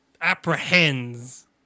apprehends